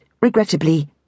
regrettably